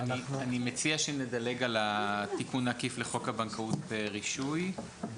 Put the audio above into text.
אני מציע שנדלג על התיקון העקיף לחוק הבנקאות (רישוי).